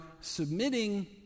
submitting